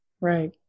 Right